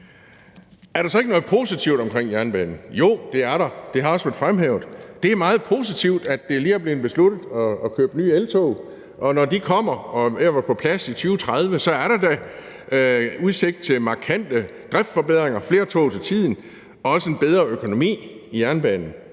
Er der så ikke noget positivt at sige om jernbanen? Jo, det er der, og det er også blevet fremhævet. Det er meget positivt, at det lige er blevet besluttet at købe nye eltog, og når de kommer og er ved at være på plads i 2030, er der da udsigt til markante driftsforbedringer med flere tog til tiden og også en bedre økonomi i jernbanen.